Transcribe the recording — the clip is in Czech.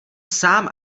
sám